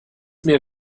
mir